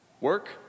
Work